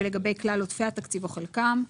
ולגבי כלל עודפי התקציב או חלקם.